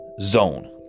zone